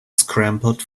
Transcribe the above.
scrambled